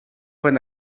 when